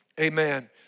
Amen